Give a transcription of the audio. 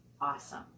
Awesome